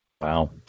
Wow